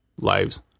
lives